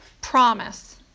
promise